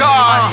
God